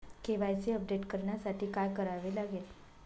KYC update करण्यासाठी काय करावे लागेल?